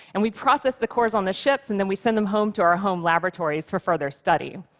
and we process the cores on the ships and then we send them home to our home laboratories for further study.